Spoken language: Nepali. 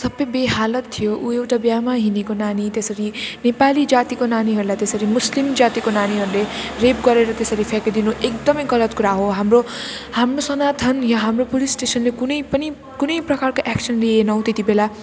सब बेहालत थियो ऊ एउटा बिहामा हिँडेको नानी त्यसरी नेपाली जातिको नानीहरूलाई त्यसरी मुस्लिम जातिको नानीहरूले रेप गरेर त्यसरी फ्याँकिदिनु एकदम गलत कुरा हो हाम्रो सोनाथान यहाँ हाम्रो पुलिस स्टेसनले कुनै पनि कुनै प्रकारको एक्सन लिएन हौ त्यति बेला